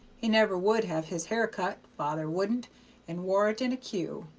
he never would have his hair cut father wouldn't and wore it in a queue.